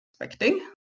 expecting